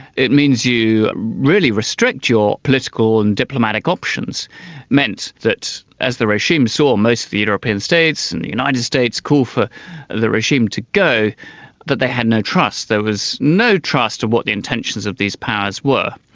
it means you really restrict your political and diplomatic options. it meant that as the regime saw most of the european states and the united states call for the regime to go that they had no trust, there was no trust of what the intentions of these powers were.